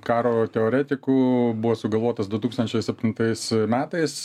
karo teoretikų buvo sugalvotas du tūkstančiai septintais metais